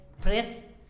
press